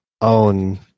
own